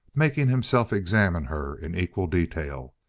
making himself examine her in equal detail.